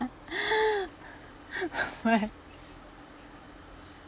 what